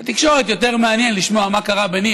את התקשורת יותר מעניין לשמוע מה קרה ביני